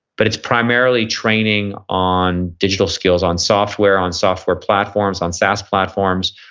but it's primarily training on digital skills, on software, on software platforms, on sas platforms,